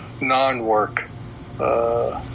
non-work